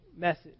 message